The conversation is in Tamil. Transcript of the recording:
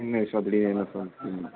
சீனியர்ஸ் அப்பிடின்னு ம்